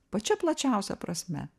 pačia plačiausia prasme